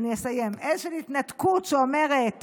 אני אסיים, עז של התנתקות, שאומרת